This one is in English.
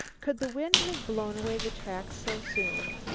could the wind have blown away the tracks so soon,